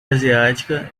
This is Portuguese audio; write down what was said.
asiática